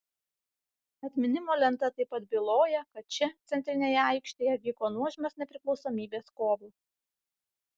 atminimo lenta taip pat byloja kad čia centrinėje aikštėje vyko nuožmios nepriklausomybės kovos